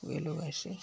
वे लोग ऐसे करते हैं